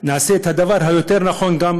נעשה את הדבר הנכון ביותר.